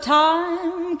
time